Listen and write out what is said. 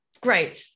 great